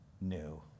new